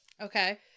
Okay